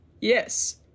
yes